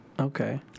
Okay